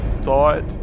thought